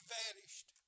vanished